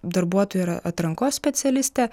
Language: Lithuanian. darbuotojų ir atrankos specialistę